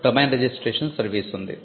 domain registration service ఉంది